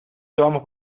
llevamos